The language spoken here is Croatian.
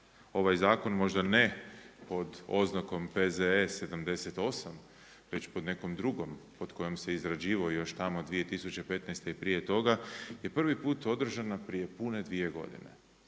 ovaj zakon možda ne pod oznako P.Z.E. 78, već pod nekom drugom, pod kojim se izrađivao još tamo 2015. i prije toga, je prvi put održana prije pune dvije godine.